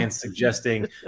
suggesting